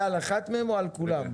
או על הכול?